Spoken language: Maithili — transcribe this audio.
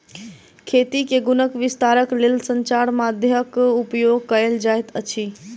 खेती के गुणक विस्तारक लेल संचार माध्यमक उपयोग कयल जाइत अछि